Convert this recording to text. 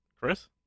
Chris